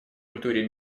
культуре